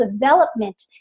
development